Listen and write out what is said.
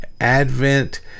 Advent